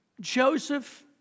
Joseph